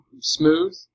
smooth